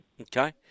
Okay